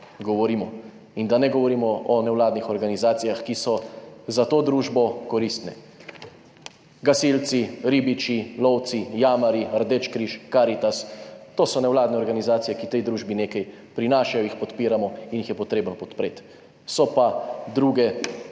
in da ne govorimo o nevladnih organizacijah, ki so za to družbo koristne. Gasilci, ribiči, lovci, jamarji, Rdeči križ, Karitas – to so nevladne organizacije, ki tej družbi nekaj prinašajo, jih podpiramo in jih je treba podpreti. So pa druge, od katerih